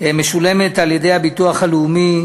משולמת על-ידי הביטוח הלאומי